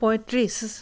পয়ত্ৰিছ